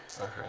Okay